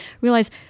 realize